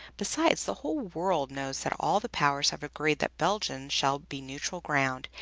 besides, the whole world knows that all the powers have agreed that belgium shall be neutral ground,